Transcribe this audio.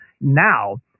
Now